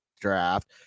draft